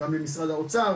גם למשרד האוצר